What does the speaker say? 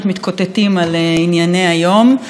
מתקוטטים על ענייני היום.